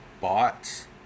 bots